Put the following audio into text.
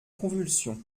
convulsions